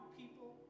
people